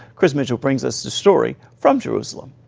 chris mitchell brings us this story from jerusalem.